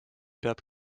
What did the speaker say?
peab